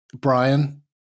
Brian